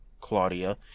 Claudia